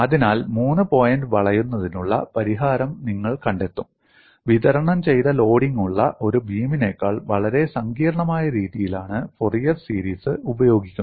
അതിനാൽ മൂന്ന് പോയിന്റ് വളയുന്നതിനുള്ള പരിഹാരം നിങ്ങൾ കണ്ടെത്തും വിതരണം ചെയ്ത ലോഡിംഗുള്ള ഒരു ബീമിനേക്കാൾ വളരെ സങ്കീർണ്ണമായ രീതിയിലാണ് ഫൊറിയർ സീരീസ് ഉപയോഗിക്കുന്നത്